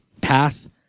path